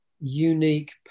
unique